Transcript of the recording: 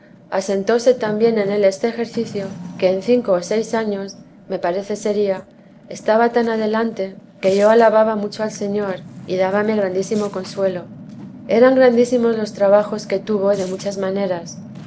asentóse tan bien en él este ejercicio que en cinco o seis años me parece sería estaba tan adelante que yo alababa mucho a señor y dábame grandísimo consuelo eran grandísimos los trabajos que tuvo de muchas maneras